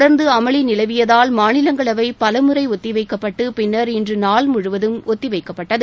தொடர்ந்து அமளி நிலவியதால் மாநிலங்களவை பல முறை ஒத்திவைக்கப்பட்டு பின்னர் இன்று நாள் முழுவதும் ஒத்திவைக்கப்பட்டது